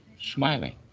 smiling